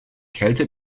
kälte